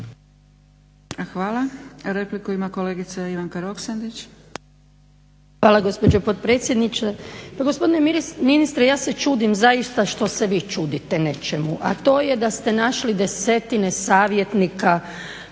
Hvala. Repliku ima kolegica Ivanka Roksandić. **Roksandić, Ivanka (HDZ)** Hvala gospođo potpredsjednice. Pa gospodine ministre ja se čudim zaista što se vi čudite nečemu, a to je da ste našli desetine savjetnika